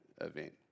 event